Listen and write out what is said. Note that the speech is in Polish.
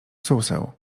suseł